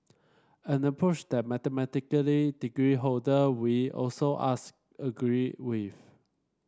an approach that a mathematic degree holder we also asked agree with